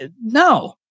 no